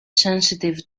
sensitive